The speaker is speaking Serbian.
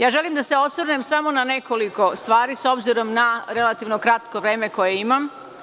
Ja želim da se osvrnem samo na nekoliko stvari, s obzirom na relativno kratko vreme koje imam.